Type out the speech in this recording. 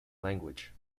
language